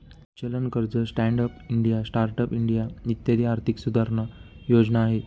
चलन कर्ज, stand up India, start up India इत्यादी आर्थिक सुधारणा योजना आहे